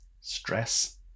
stress